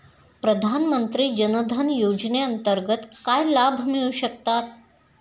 प्रधानमंत्री जनधन योजनेअंतर्गत काय लाभ मिळू शकतात?